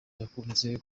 yakunze